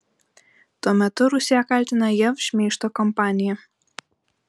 tuo metu rusija kaltina jav šmeižto kampanija